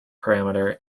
parameter